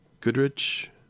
Goodrich